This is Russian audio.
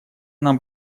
нам